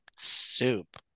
soup